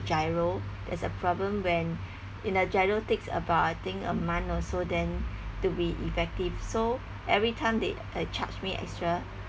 GIRO there's a problem when you know GIRO takes about I think a month or so then to be effective so every time they uh charge me extra